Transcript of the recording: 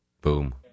Boom